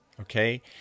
Okay